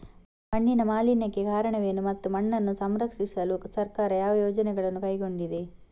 ಮಣ್ಣಿನ ಮಾಲಿನ್ಯಕ್ಕೆ ಕಾರಣವೇನು ಮತ್ತು ಮಣ್ಣನ್ನು ಸಂರಕ್ಷಿಸಲು ಸರ್ಕಾರ ಯಾವ ಯೋಜನೆಗಳನ್ನು ಕೈಗೊಂಡಿದೆ?